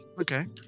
Okay